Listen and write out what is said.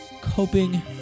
coping